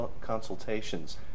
consultations